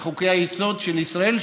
וחוקי-היסוד של ישראל,